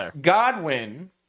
Godwin